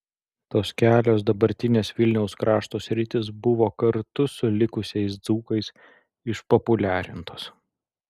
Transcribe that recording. tos kelios dabartinės vilniaus krašto sritys buvo kartu su likusiais dzūkais išpopuliarintos